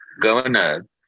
Governor